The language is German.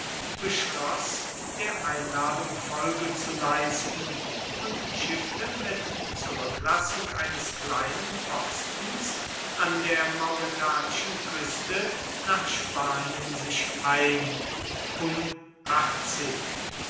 beschloß der einladung folge zu leisten und schiffte mit zurücklassung eines kleinen postens an der mauretanischen küste nach spanien sich ein